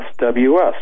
SWS